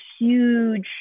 huge